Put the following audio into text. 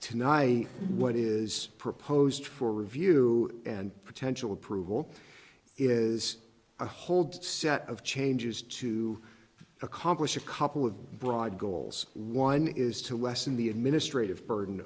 tonight what is proposed for review and potential approval is a hold set of changes to accomplish a couple of broad goals one is to lessen the administrative burden